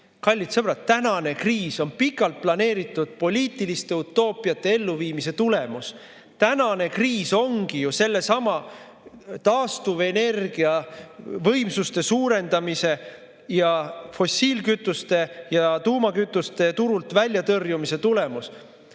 kallid sõbrad, on pikalt planeeritud poliitiliste utoopiate elluviimise tulemus. Tänane kriis ongi sellesama taastuvenergiavõimsuste suurendamise ning fossiilkütuste ja tuumakütuse turult väljatõrjumise tulemus.